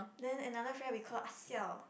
then another friend we call Ah Xiao